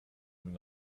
him